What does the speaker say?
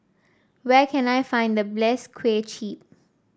where can I find the bless Kway Chap